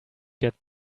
get